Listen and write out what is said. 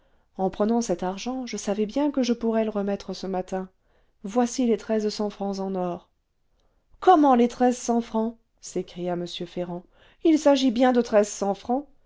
en prenant cet argent je savais bien que je pourrais le remettre ce matin voici les treize cents francs en or comment les treize cents francs s'écria m ferrand il s'agit bien de treize cents francs